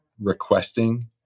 requesting